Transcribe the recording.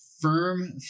firm